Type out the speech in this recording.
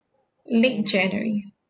late january